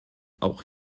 auch